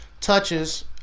touches